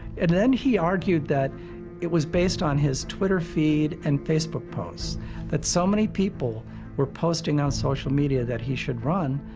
and then he argued that it was based on his twitter feed and facebook posts that so many people were posting on social media that he should run,